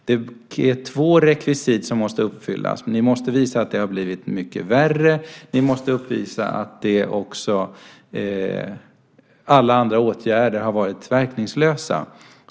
Det är två rekvisit som måste uppfyllas: Ni måste visa att det har blivit mycket värre, och ni måste visa att alla andra åtgärder har varit verkningslösa.